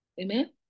amen